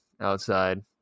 outside